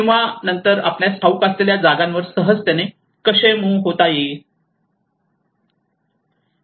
किंवा नंतर आपल्यास ठाऊक असलेल्या जागांवर सहजतेने कसे मुव्ह होता येईल